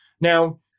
Now